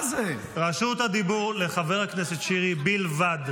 רשות הדיבור לחבר הכנסת שירי בלבד.